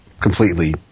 completely